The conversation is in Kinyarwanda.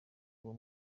uwo